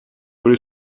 byly